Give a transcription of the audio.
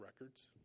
records